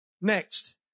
Next